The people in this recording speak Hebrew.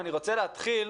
אני רוצה להתחיל